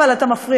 אבל אתה מפריע.